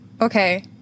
Okay